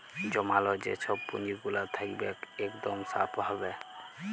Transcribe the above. জমাল যে ছব পুঁজিগুলা থ্যাকবেক ইকদম স্যাফ ভাবে